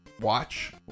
watch